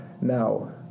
Now